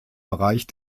bereich